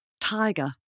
Tiger